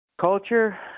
culture